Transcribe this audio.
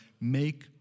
make